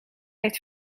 heeft